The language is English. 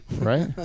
Right